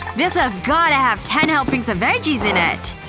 this has gotta have ten helpings of veggies in it!